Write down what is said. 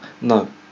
no